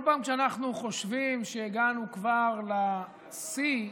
בכל פעם שאנחנו חושבים שהגענו כבר לשיא,